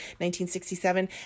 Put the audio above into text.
1967